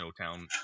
Snowtown